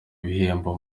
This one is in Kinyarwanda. ibihembo